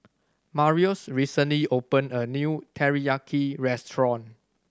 Marius recently opened a new Teriyaki Restaurant